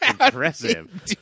impressive